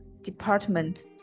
department